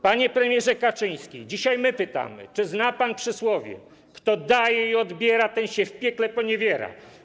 Panie premierze Kaczyński, dzisiaj my pytamy: Czy zna pan przysłowie: kto daje i odbiera, ten się w piekle poniewiera?